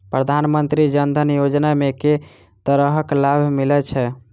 प्रधानमंत्री जनधन योजना मे केँ तरहक लाभ मिलय छै?